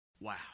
Wow